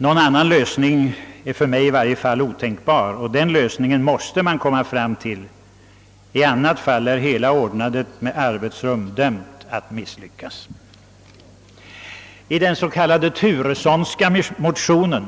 Någon annan lösning är åtminstone för mig otänkbar. I annat fall är hela ordnandet av arbetsrum dömt att misslyckas. I den s.k. Turessonska motionen,